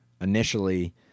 Initially